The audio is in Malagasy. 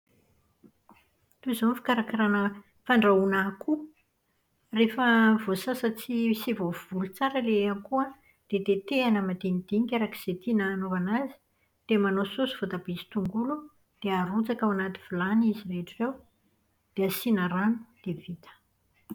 Toy izao ny fikarakarana fandrahoina akoho. Rehefa voasasa tsy sy voavolo tsara ilay akoho an, dia tetehina madinidinika araka izay tiana hanaovana azy. Dia manao saosy voatabia sy tongolo dia arotsaka ao anaty vilany izy rehetra ireo. Dia asiana rano dia vita.